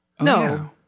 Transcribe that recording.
No